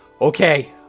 Okay